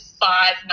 five